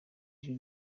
ijwi